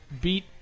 beat